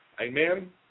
Amen